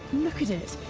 look at it.